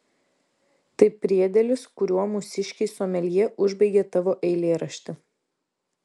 tai priedėlis kuriuo mūsiškiai someljė užbaigė tavo eilėraštį